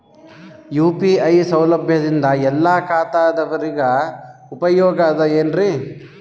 UPI ಸೌಲಭ್ಯದಿಂದ ಎಲ್ಲಾ ಖಾತಾದಾವರಿಗ ಉಪಯೋಗ ಅದ ಏನ್ರಿ?